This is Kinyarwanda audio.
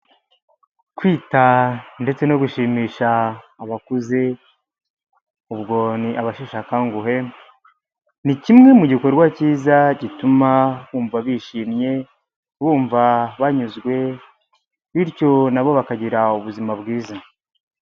Kwita ndetse no gushimisha abakuze, ubwo ni abasheshe akanguhe ni kimwe mu gikorwa cyiza gituma bumva bishimye, bumva banyuzwe bityo na bo bakagira ubuzima bwiza.